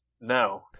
No